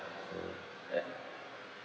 ya